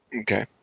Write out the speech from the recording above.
Okay